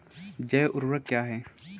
जैव ऊर्वक क्या है?